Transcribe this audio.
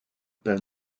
peint